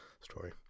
story